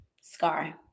scar